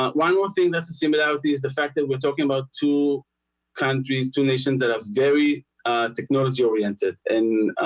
um one more thing. that's a similarity is the fact that we're talking about two countries two nations that are very, ah technology oriented and